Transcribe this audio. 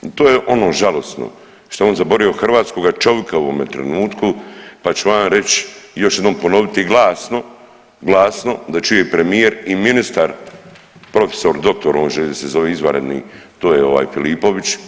To je ono žalosno što je on zaboravio hrvatskoga čovjeka u ovome trenutku, pa ću vam ja reći, još jednom ponoviti glasno da čuje premijer i ministar profesor doktor on želi da se zove izvanredni to je ovaj Filipović.